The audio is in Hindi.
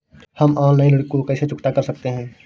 हम ऑनलाइन ऋण को कैसे चुकता कर सकते हैं?